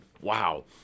Wow